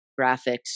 graphics